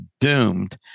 doomed